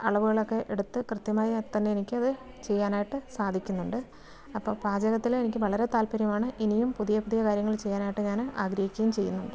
അളവുകളൊക്കെ എടുത്ത് കൃത്യമായിത്തന്നെ എനിക്കത് ചെയ്യാനായിട്ട് സാധിക്കുന്നുണ്ട് അപ്പോൾ പാചകത്തിൽ എനിക്ക് വളരെ താല്പര്യമാണ് ഇനിയും പുതിയ പുതിയ കാര്യങ്ങൾ ചെയ്യാനായിട്ട് ഞാൻ ആഗ്രഹിക്കുകയും ചെയ്യുന്നുണ്ട്